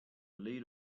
lead